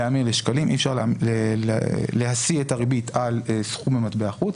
אי אפשר לקבוע את הריבית על סכום במטבע חוץ.